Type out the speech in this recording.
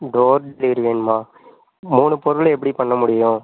door delivery வேணுமா மூணு பொருளை எப்படி பண்ண முடியும்